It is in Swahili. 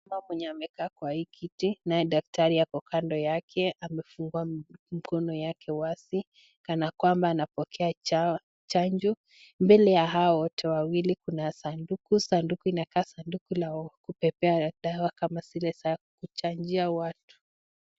Kuna mama mwenye amekaa kwa hii kiti naye daktari ako kando yake amefungua mkono wazi kana kwamba anapokea chanjo, mbele ya hao wote wawili kuna sanduku, sanduku inakaa sanduku la kubebea dawa kama zile za kuchanjia watu.